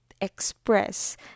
express